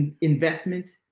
investment